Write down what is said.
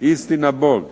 Istina bog